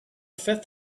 fifth